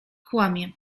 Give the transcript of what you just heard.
kłamię